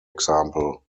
example